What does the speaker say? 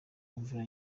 imvura